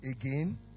again